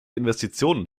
investitionen